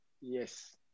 Yes